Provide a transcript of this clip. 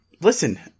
Listen